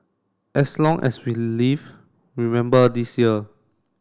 as long as we live remember this year